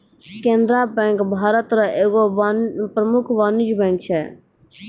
Canara bank Bharat के एगो प्रमुख वाणिज्यिक बैंक छै